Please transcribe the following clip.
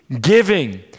giving